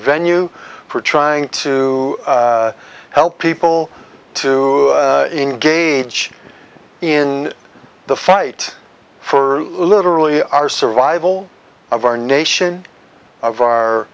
venue for trying to help people to engage in the fight for literally our survival of our nation of our